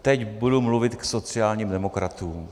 Teď budu mluvit k sociálním demokratům.